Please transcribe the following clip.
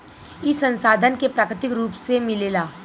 ई संसाधन के प्राकृतिक रुप से मिलेला